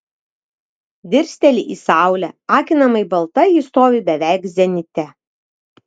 dirsteli į saulę akinamai balta ji stovi beveik zenite